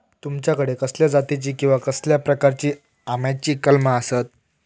तुमच्याकडे कसल्या जातीची किवा कसल्या प्रकाराची आम्याची कलमा आसत?